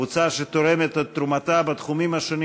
קבוצה שתורמת את תרומתה בתחומים השונים